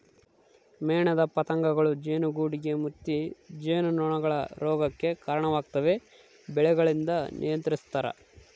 ಮೇಣದ ಪತಂಗಗಳೂ ಜೇನುಗೂಡುಗೆ ಮುತ್ತಿ ಜೇನುನೊಣಗಳ ರೋಗಕ್ಕೆ ಕರಣವಾಗ್ತವೆ ಬೆಳೆಗಳಿಂದ ನಿಯಂತ್ರಿಸ್ತರ